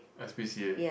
S_P_C_A